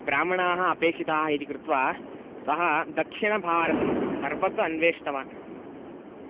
ब्राह्मणाः अपेक्षिताः इति कृत्वा सः दक्षिणभारतं सर्वत्र अन्विष्टवान्